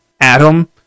Adam